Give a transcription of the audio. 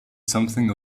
something